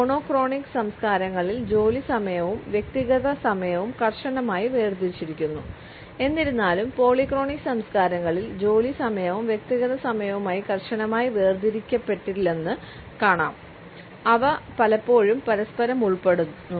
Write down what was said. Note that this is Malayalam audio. മോണോക്രോണിക് സംസ്കാരങ്ങളിൽ ജോലി സമയവും വ്യക്തിഗത സമയവും കർശനമായി വേർതിരിച്ചിരിക്കുന്നു എന്നിരുന്നാലും പോളിക്രോണിക് സംസ്കാരങ്ങളിൽ ജോലി സമയവും വ്യക്തിഗത സമയവും കർശനമായി വേർതിരിക്കപ്പെട്ടിട്ടില്ലെന്ന് കാണാം അവ പലപ്പോഴും പരസ്പരം ഉൾപ്പെടുന്നു